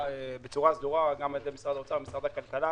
סדורה על-ידי משרד האוצר ומשרד הכלכלה.